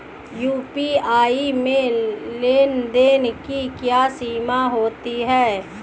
UPI में लेन देन की क्या सीमा होती है?